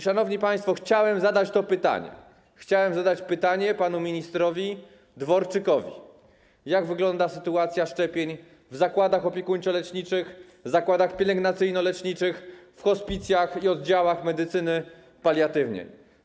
Szanowni państwo, chciałem zadać pytanie, chciałem zadać to pytanie panu ministrowi Dworczykowi: Jak wygląda sytuacja szczepień w zakładach opiekuńczo-leczniczych, w zakładach pielęgnacyjno-leczniczych, w hospicjach i na oddziałach medycyny paliatywnej?